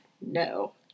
No